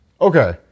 Okay